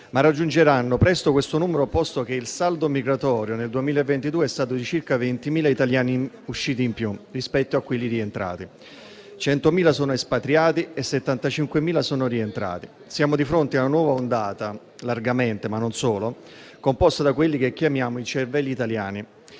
Raggiungeranno presto questo numero, posto che il saldo migratorio nel 2022 è stato di circa 20.000 italiani usciti in più rispetto a quelli rientrati; 100.000 sono espatriati e 75.000 sono rientrati. Siamo di fronte a una nuova ondata, largamente, ma non solo, composta da quelli che chiamiamo i cervelli italiani.